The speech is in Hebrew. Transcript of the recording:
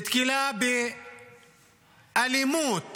נתקלה באלימות